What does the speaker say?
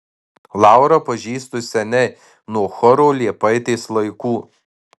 laurą pažįstu seniai nuo choro liepaitės laikų